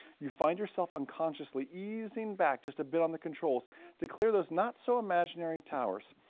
you find yourself unconsciously easing back just a bit on the controls to clear those not so imaginary towers.